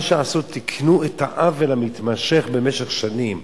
מה שעשו, תיקנו את העוול המתמשך במשך שנים.